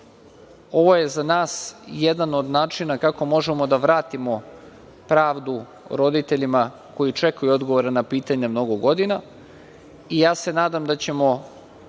Ovo je za nas jedan od načina kako možemo da vratimo pravdu roditeljima koji čekaju odgovore na pitanja mnogo godina i ja se nadam da ćemo